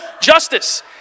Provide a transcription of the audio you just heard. justice